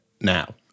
now